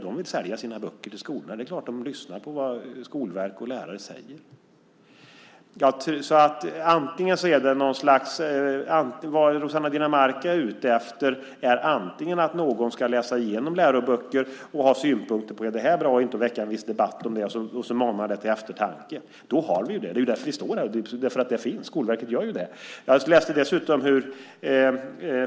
De vill ju sälja sina böcker till skolorna. Det är klart att de lyssnar på vad Skolverket och lärarna säger. Om Rossana Dinamarca är ute efter att någon ska läsa igenom läroböcker och ha synpunkter på vad som är bra och väcka en viss debatt kring det och väcka till eftertanke så har vi ju det. Det är ju därför vi står här. Skolverket gör ju det.